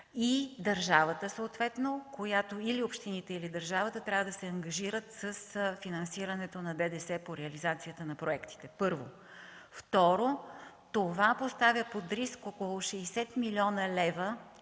държавата. Или общините, или държавата трябва да се ангажират с финансирането на ДДС по реализацията на проектите. Второ, това поставя под риск около 60 млн. лв.